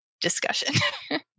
discussion